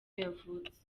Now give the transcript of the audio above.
yavutse